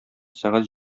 сәгать